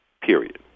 Period